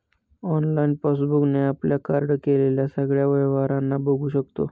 online passbook ने आपल्या card केलेल्या सगळ्या व्यवहारांना बघू शकतो